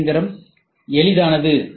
C எந்திரம் எளிதானது